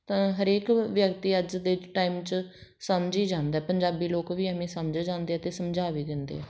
ਤਾਂ ਹਰੇਕ ਵਿਅਕਤੀ ਅੱਜ ਦੇ ਟਾਈਮ 'ਚ ਸਮਝੀ ਜਾਂਦਾ ਪੰਜਾਬੀ ਲੋਕ ਵੀ ਐਵੇਂ ਸਮਝ ਜਾਂਦੇ ਅਤੇ ਸਮਝਾ ਵੀ ਦਿੰਦੇ ਆ